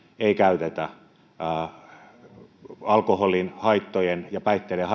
ei käytetä lisääntyvään alkoholin ja päihteiden